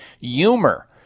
humor